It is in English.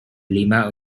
lima